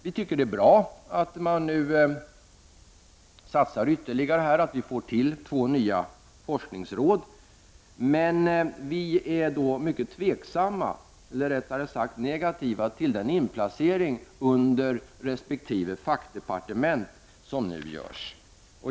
Vi tycker att det är bra att man nu satsar ytterligare på detta område och att vi får två nya forskningsråd, Men vi är mycket negativa till den inplacering under resp. fackdepartement som nu görs.